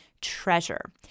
treasure